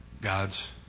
God's